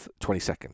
22nd